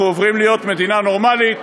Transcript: אנחנו עוברים להיות מדינה נורמלית